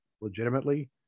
legitimately